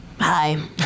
Hi